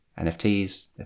NFTs